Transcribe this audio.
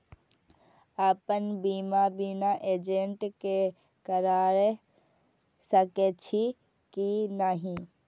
अपन बीमा बिना एजेंट के करार सकेछी कि नहिं?